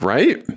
Right